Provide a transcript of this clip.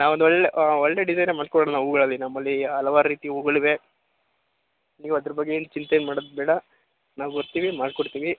ನಾವೊಂದು ಒಳ್ಳೇ ಒಳ್ಳೇ ಡಿಸೈನೇ ಮಾಡ್ಸಿ ಕೊಡೋಣ ಹೂವ್ಗಳಲ್ಲಿ ನಮ್ಮಲ್ಲಿ ಹಲ್ವಾರು ರೀತಿಯ ಹೂವ್ಗಳಿವೆ ನೀವು ಅದ್ರ ಬಗ್ಗೆ ಏನು ಚಿಂತೆ ಮಾಡದು ಬೇಡ ನಾವು ಬರ್ತೀವಿ ಮಾಡಿ ಕೊಡ್ತೀವಿ